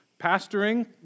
pastoring